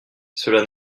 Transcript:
cela